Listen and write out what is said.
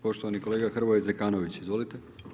Poštovani kolega Hrvoje Zekanović, izvolite.